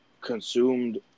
consumed